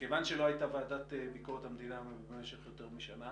מכיוון שלא הייתה ועדת ביקורת המדינה במשך יותר משנה,